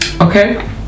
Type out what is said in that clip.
Okay